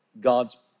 God's